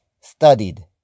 studied